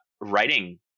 writing